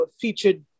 featured